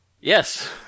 Yes